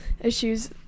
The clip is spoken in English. issues